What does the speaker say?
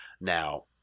Now